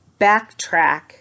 backtrack